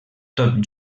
tot